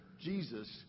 Jesus